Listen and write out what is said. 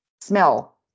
Smell